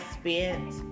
spent